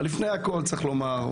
לפני הכל צריך לומר,